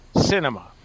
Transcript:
cinema